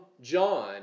John